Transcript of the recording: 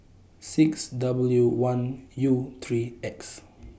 six W one U three X